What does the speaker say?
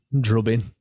drubbing